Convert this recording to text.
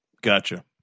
Gotcha